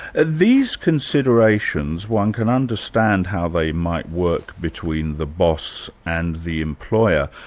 these considerations one can understand how they might work between the boss and the employer,